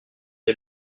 est